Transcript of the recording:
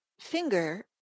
finger